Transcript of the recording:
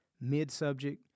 mid-subject